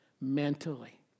mentally